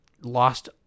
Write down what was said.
lost